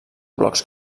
blocs